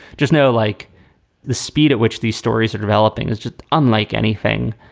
just know like the speed at which these stories are developing. it's just unlike anything,